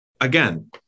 again